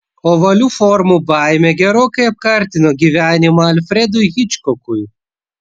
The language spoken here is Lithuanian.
ovalių formų baimė gerokai apkartino gyvenimą alfredui hičkokui